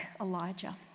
Elijah